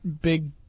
big